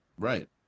Right